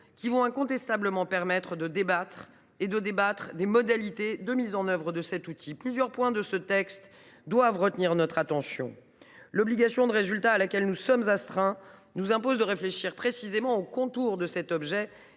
permettra incontestablement de débattre des modalités de mise en œuvre de cet outil. Plusieurs points du texte doivent retenir notre attention. L’obligation de résultat à laquelle nous sommes astreints nous impose de réfléchir précisément aux contours du test